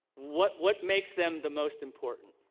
what what makes them the most important?